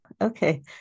Okay